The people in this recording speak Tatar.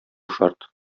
шарт